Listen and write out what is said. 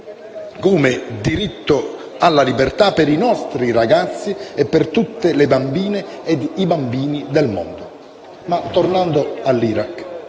come diritto alla libertà per i nostri ragazzi e per tutte le bambine e i bambini del mondo. Tornando all'Iraq,